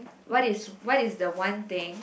what is what is the one thing